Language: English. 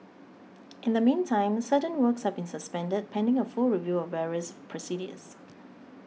in the meantime certain works have been suspended pending a full review of various procedures